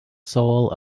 soul